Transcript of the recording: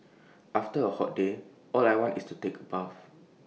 after A hot day all I want is take A bath